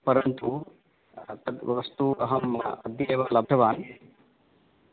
परन्तु तद् वस्तु अहं अद्यैव लब्धवान्